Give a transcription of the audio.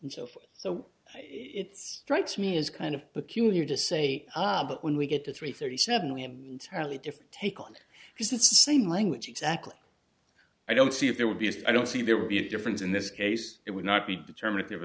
and so forth so it's strikes me as kind of peculiar to say but when we get to three thirty seven we have a terribly different take on because it's the same language exactly i don't see if there would be as i don't see there would be a difference in this case it would not be determin